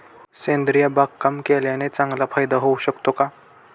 सेंद्रिय बागकाम केल्याने चांगला फायदा होऊ शकतो का?